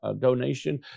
donation